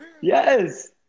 Yes